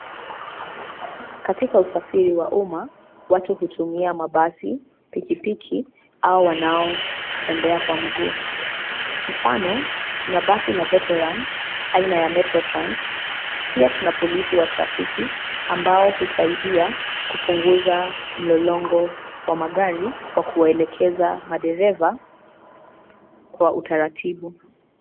Katika usafiri wa uma watu hutumia mabasi, piki piki, au wanao tembea kwa mguu. Mfano tuna basi la Veteran, aina ya MetroTrans, pia tuna polisi wa trafiki ambao husaidia kupunguza mlolongo wa magari kwa kuelekeza madereva kwa utaratibu.